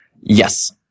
Yes